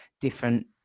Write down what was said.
different